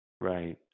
right